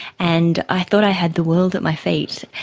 and i thought i had the world at my feet,